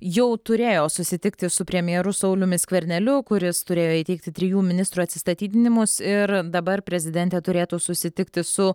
jau turėjo susitikti su premjeru sauliumi skverneliu kuris turėjo įteikti trijų ministrų atsistatydinimus ir dabar prezidentė turėtų susitikti su